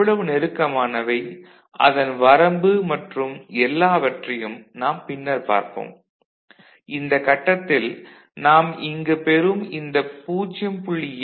எவ்வளவு நெருக்கமானவை அதன் வரம்பு மற்றும் எல்லாவற்றையும் நாம் பின்னர் பார்ப்போம் இந்த கட்டத்தில் நாம் இங்கு பெறும் இந்த 0